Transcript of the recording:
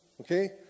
okay